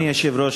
אדוני היושב-ראש,